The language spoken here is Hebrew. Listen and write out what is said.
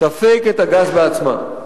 תפיק את הגז בעצמה.